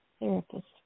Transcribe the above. therapist